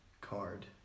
card